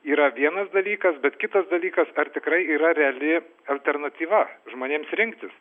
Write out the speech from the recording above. yra vienas dalykas bet kitas dalykas ar tikrai yra reali alternatyva žmonėms rinktis